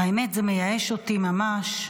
האמת, זה מייאש אותי ממש.